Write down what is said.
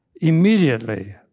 immediately